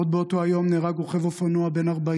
עוד באותו היום נהרג רוכב אופנוע בן 40